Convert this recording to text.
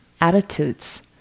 attitudes